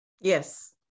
Yes